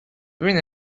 ببین